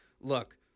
look